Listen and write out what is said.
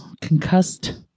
concussed